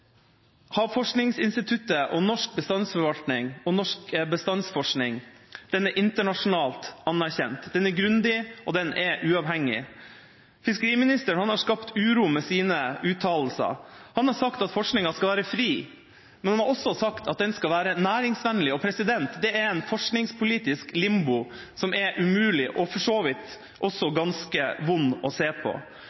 norsk bestandsforvaltning og norsk bestandsforskning er internasjonalt anerkjent, forskninga er grundig, og den er uavhengig. Fiskeriministeren har skapt uro med sine uttalelser. Han har sagt at forskninga skal være fri, men han har også sagt at den skal være næringsvennlig, og det er en forskningspolitisk limbo som er umulig og for så vidt også